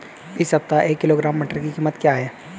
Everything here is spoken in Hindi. इस सप्ताह एक किलोग्राम मटर की कीमत क्या है?